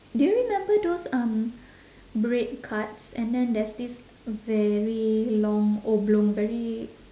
do you remember those um bread carts and then there's this very long oblong very